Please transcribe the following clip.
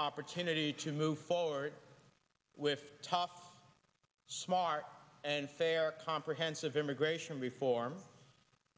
opportunity to move forward with tough smart and fair comprehensive immigration reform